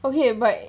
so he and